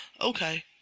Okay